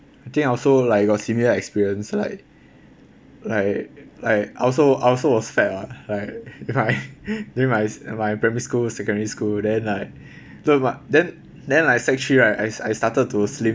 I think also like I got similar experience like like I also I also was fat lah like then my then my my primary school secondary school then like no but then then like sec three right I I started to slim